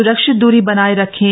सूरक्षित दूरी बनाए रखें